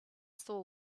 saw